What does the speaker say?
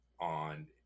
on